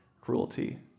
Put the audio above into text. cruelty